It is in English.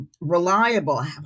reliable